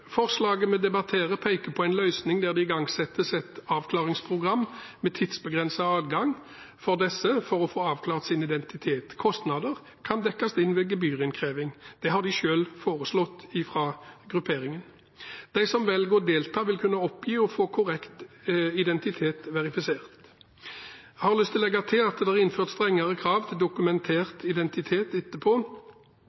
Forslaget vi debatterer, peker på en løsning der det igangsettes et identitetsavklaringsprogram med tidsbegrenset adgang for disse for å få avklart sin identitet. Kostnader kan dekkes inn ved gebyrinnkreving. Det har grupperingen selv foreslått. De som velger å delta, vil kunne oppgi og få sin korrekte identitet verifisert. Jeg har lyst til å legge til at det er innført strengere krav til